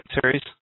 series